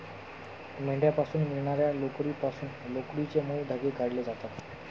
मेंढ्यांपासून मिळणार्या लोकरीपासून लोकरीचे मऊ धागे काढले जातात